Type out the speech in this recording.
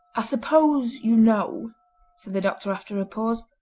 i suppose you know said the doctor after a pause,